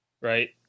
right